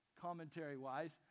commentary-wise